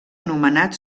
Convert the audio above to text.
anomenat